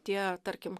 tie tarkim